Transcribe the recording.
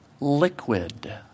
liquid